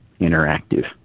interactive